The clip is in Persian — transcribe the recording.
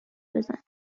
بزن